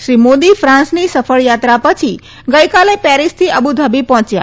શ્રી મોદી ફ્રાંસની સફળયાત્રા પછી ગઈકાલે પેરીસથી અબુધાબી પહોચ્યા